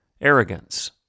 arrogance